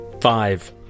five